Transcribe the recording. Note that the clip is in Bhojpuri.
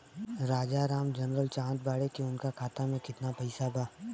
राजाराम जानल चाहत बड़े की उनका खाता में कितना पैसा बा?